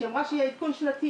כשהיא אמרה שיהיה עדכון שנתי,